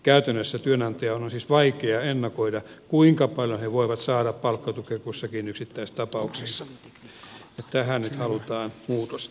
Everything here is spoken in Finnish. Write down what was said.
käytännössä työnantajien on siis vaikea ennakoida kuinka paljon he voivat saada palkkatukea kussakin yksittäisessä tapauksessa ja tähän nyt halutaan muutosta